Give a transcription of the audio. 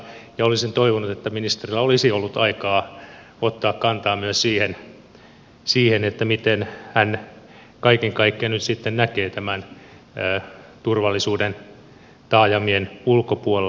olisin toivonut että ministerillä olisi ollut aikaa ottaa kantaa myös siihen miten hän kaiken kaikkiaan nyt sitten näkee tämän turvallisuuden taajamien ulkopuolella